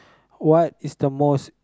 what is the most